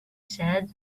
said